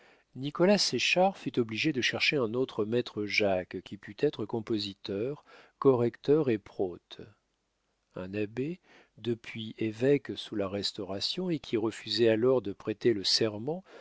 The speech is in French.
nicolas séchard fut obligé de chercher un autre maître jacques qui pût être compositeur correcteur et prote un abbé depuis évêque sous la restauration et qui refusait alors de prêter le serment